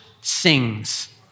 sings